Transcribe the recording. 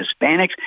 Hispanics